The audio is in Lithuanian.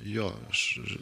jo aš